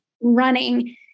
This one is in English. running